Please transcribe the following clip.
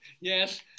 Yes